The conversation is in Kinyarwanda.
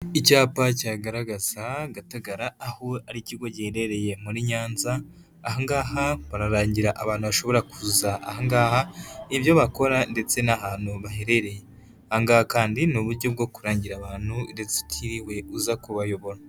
Icyapa cyagaragaza Gatagara, aho ari ikigo giherereye muri Nyanza, aha ngaha bararangira abantu bashobora kuza aha ngaha ibyo bakora ndetse n'ahantu baherereye, angaha kandi ni buryo bwo kurangira abantu ndetse utiriwe uza kubayobora.